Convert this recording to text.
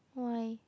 why